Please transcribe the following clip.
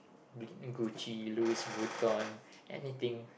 Gucci Louis-Vuitton anything